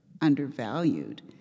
undervalued